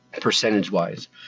percentage-wise